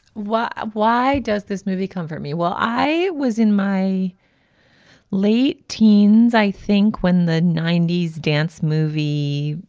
why ah why does this movie comfort me? well, i was in my late teens, i think when the ninety s dance movie,